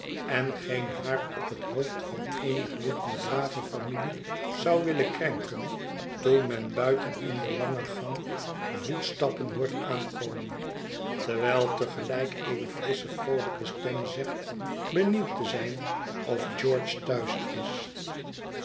en geen haar op het hoofd van eenig lid dier brave familie zou willen krenken toen men buiten in den langen gang voetstappen hoort aankomen terwijl te gelijk eene frissche vroolijke stem zegt benieuwd te zijn of george thuis is